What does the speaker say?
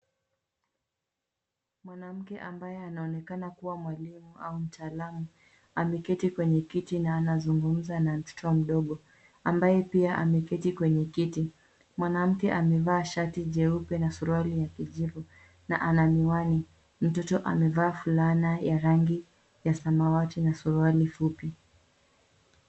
Mwanamke ambaye anaonekana kuwa mwalimu au mtaalamu ameketi kwenye kiti na anazungumza na mtoto mdogo ambaye pia ameketi kwenye kiti. Mwanamke amevaa shati jeupe na suruali ya kijivu na ana miwani. Mtoto amevaa fulana ya rangi ya samawati na suruali fupi.